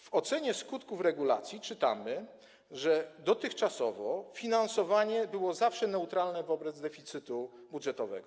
W ocenie skutków regulacji czytamy, że dotychczasowo finansowanie było zawsze neutralne wobec deficytu budżetowego.